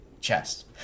Chest